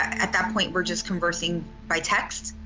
at that point, were just conversing by text.